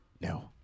No